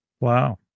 wow